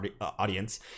audience